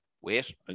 Wait